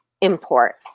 import